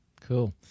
Cool